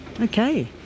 Okay